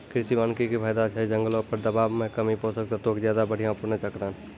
कृषि वानिकी के फायदा छै जंगलो पर दबाब मे कमी, पोषक तत्वो के ज्यादा बढ़िया पुनर्चक्रण